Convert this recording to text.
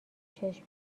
چشم